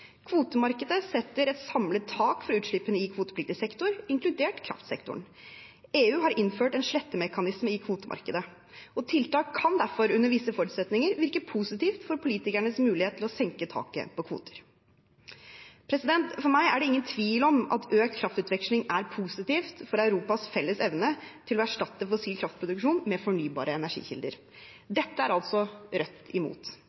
Kvotemarkedet setter et samlet tak for utslippene i kvotepliktig sektor, inkludert kraftsektoren. EU har innført en slettemekanisme i kvotemarkedet, og tiltak kan derfor under visse forutsetninger virke positivt på politikernes mulighet til å senke taket på kvoter. For meg er det ingen tvil om at økt kraftutveksling er positivt for Europas felles evne til å erstatte fossil kraftproduksjon med fornybare energikilder. Dette er altså Rødt imot.